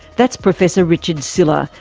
that's professor richard sylla,